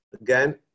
Again